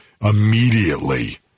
immediately